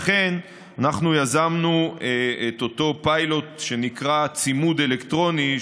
לכן אנחנו יזמנו את אותו פיילוט של צימוד אלקטרוני,